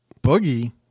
boogie